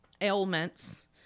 ailments